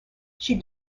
she